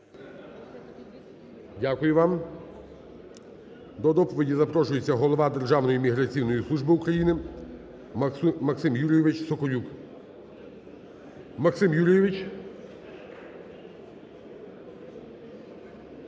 Дякую вам. До доповіді запрошується голова Державної міграційної служби України Максим Юрійович Соколюк. Максим Юрійович.